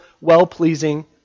well-pleasing